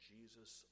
Jesus